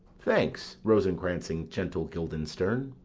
thanks, rosencrantz and gentle guildenstern.